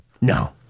No